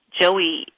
Joey